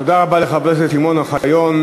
תודה רבה לחבר הכנסת שמעון אוחיון.